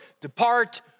Depart